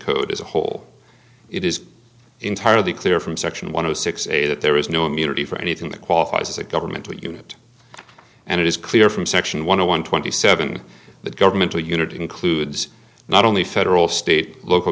code as a whole it is entirely clear from section one of six a that there is no immunity for anything that qualifies as a government unit and it is clear from section one hundred twenty seven that governmental unity includes not only federal state local